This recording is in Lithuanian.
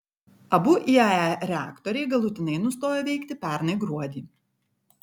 abu iae reaktoriai galutinai nustojo veikti pernai gruodį